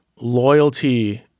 loyalty